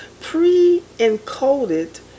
pre-encoded